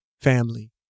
family